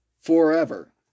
forever